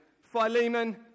Philemon